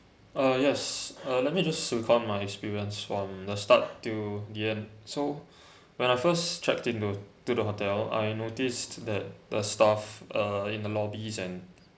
uh yes uh let me just my experience from the start to the end so when I first check in to to the hotel I noticed that the staff uh in the lobbies and